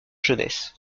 jeunesse